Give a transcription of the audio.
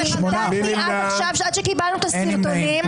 עד שקיבלנו את הסרטונים,